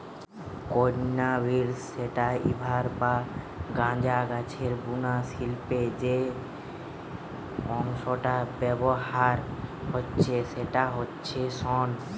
cannabis sativa বা গাঁজা গাছের বুনা শিল্পে যেই অংশটা ব্যাভার হচ্ছে সেইটা হচ্ছে শন